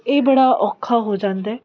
ਇਹ ਬੜਾ ਔਖਾ ਹੋ ਜਾਂਦਾ